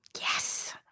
Yes